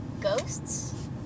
ghosts